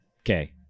Okay